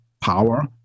power